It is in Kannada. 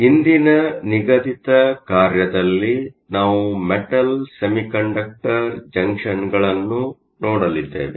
ಇಂದಿನ ನಿಗದಿತ ಕಾರ್ಯದಲ್ಲಿ ನಾವು ಮೆಟಲ್ ಸೆಮಿಕಂಡಕ್ಟರ್ ಜಂಕ್ಷನ್ಗಳನ್ನು ನೋಡಲಿದ್ದೇವೆ